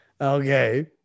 okay